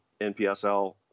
NPSL